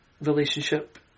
Relationship